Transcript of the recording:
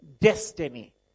destiny